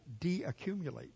deaccumulate